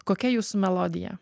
kokia jūsų melodija